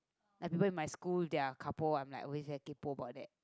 like people in my school they're couple I'm like always very kpo about that